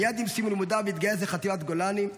מייד עם סיום לימודיו התגייס לחטיבת גולני.